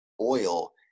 oil